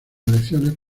elecciones